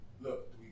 look